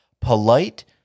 polite